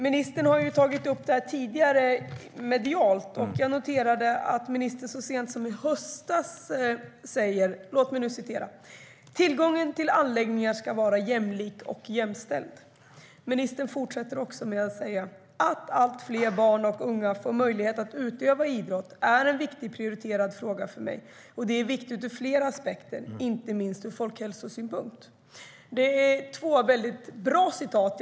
Ministern har tidigare tagit upp det medialt, och jag noterade att han så sent som i höstas sa: "Tillgången till anläggningar ska vara jämlik och jämställd." Ministern sa också: "Att fler barn och unga får möjlighet att utöva idrott är en viktig prioritering för mig. Det är viktigt ur flera aspekter, inte minst ur folkhälsosynpunkt. "Det är två mycket bra citat.